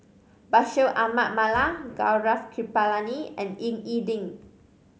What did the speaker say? Bashir Ahmad Mallal Gaurav Kripalani and Ying E Ding